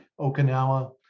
Okinawa